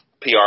PR